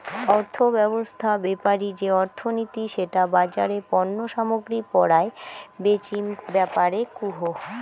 অর্থব্যবছস্থা বেপারি যে অর্থনীতি সেটা বাজারে পণ্য সামগ্রী পরায় বেচিম ব্যাপারে কুহ